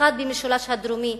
במשולש הדרומי.